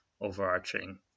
overarching